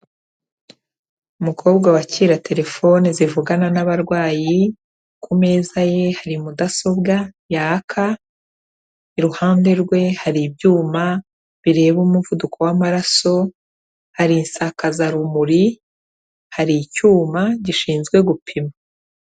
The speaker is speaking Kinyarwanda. Umukobwa wakira telefoni zivugana n'abarwayi, ku meza ye hari mudasobwa yaka, iruhande rwe hari ibyuma bireba umuvuduko w'amaraso, hari insakazarumuri, hari icyuma gishinzwe gupima.